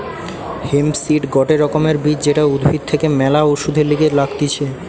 hemp seed গটে রকমের বীজ যেটা উদ্ভিদ থেকে ম্যালা ওষুধের লিগে লাগতিছে